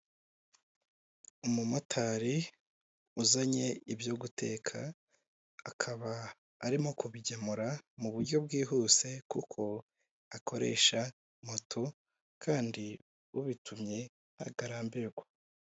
Umumotari uzanye ibyo guteka akaba arimo kubigemura mu buryo bwihuse kuko akoresha moto kandi ubitumye atarambirwa.